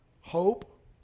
hope